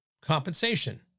compensation